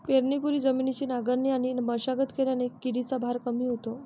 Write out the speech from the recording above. पेरणीपूर्वी जमिनीची नांगरणी आणि मशागत केल्याने किडीचा भार कमी होतो